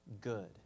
good